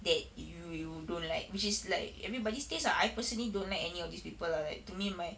that you you don't like which is like everybody's taste lah I personally don't like any of these people lah like to me my